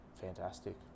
fantastic